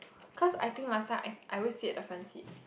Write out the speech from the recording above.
cause I think last time I I always sit at the front seat